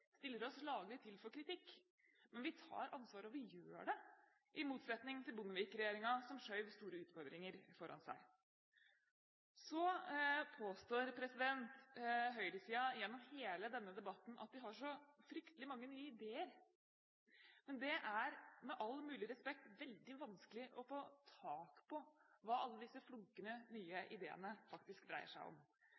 stiller oss laglig til for kritikk. Men vi tar ansvar – og vi gjør det – i motsetning til Bondevik-regjeringen, som skjøv store utfordringer foran seg. Så påstår høyresiden gjennom hele denne debatten at de har så fryktelig mange nye ideer, men det er med all mulig respekt veldig vanskelig å få tak i hva alle disse flunkende nye